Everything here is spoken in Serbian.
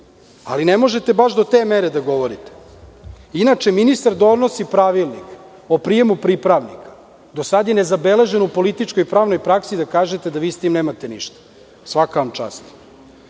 Ali, ne možete baš do te mere da govorite. Inače, ministar donosi pravilnik o prijemu pripravnika. Do sada je nezabeležen u političkoj pravnoj praksi da kažete da vi sa tim nemate ništa. Svaka vam čast.